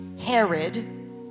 Herod